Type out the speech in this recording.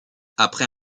après